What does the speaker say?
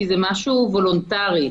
כי זה משהו וולונטרי.